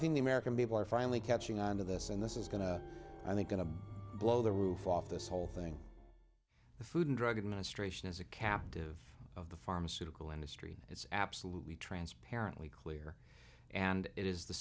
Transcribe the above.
think the american people are finally catching on to this and this is going to i think going to blow the roof off this whole thing the food and drug administration is a captive of the pharmaceutical industry it's absolutely transparently clear and it is the